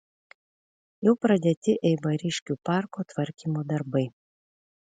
jau pradėti eibariškių parko tvarkymo darbai